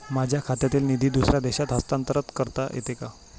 माझ्या खात्यातील निधी दुसऱ्या देशात हस्तांतर करता येते का?